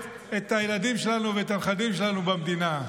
את הילדים שלנו ואת הנכדים שלנו במדינה.